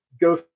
go